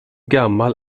gammal